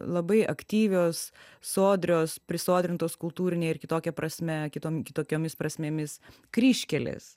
labai aktyvios sodrios prisodrintos kultūrine ir kitokia prasme kitom kitokiomis prasmėmis kryžkelės